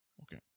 Okay